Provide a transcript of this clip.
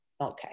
Okay